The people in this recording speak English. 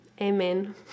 amen